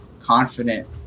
confident